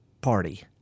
party